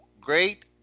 great